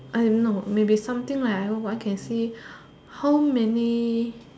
I no maybe something like everyone can see how many